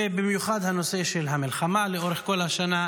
במיוחד הנושא של המלחמה לאורך כל השנה,